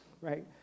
right